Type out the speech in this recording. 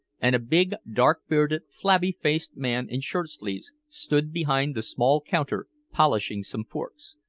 and a big, dark-bearded, flabby-faced man in shirt-sleeves stood behind the small counter polishing some forks.